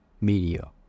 Media